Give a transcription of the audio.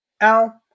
Al